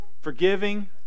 forgiving